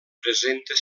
presenta